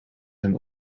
zijn